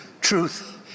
truth